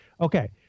okay